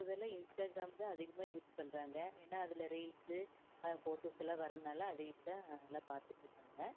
இப்பொழுதெல்லாம் இன்ஸ்டாகிராம் தான் அதிகமாக யூஸ் பண்ணுறாங்க ஏன்னா அதில் ரீல்ஸ்சு போட்டோஸ்ல்லாம் வரதுனால் அதையே தான் நல்லா பார்த்துட்டு இருக்காங்கள்